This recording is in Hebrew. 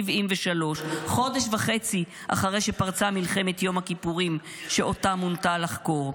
חודש וחצי אחרי שפרצה מלחמת יום הכיפורים שאותה מונתה לחקור,